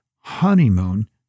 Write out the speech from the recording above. honeymoon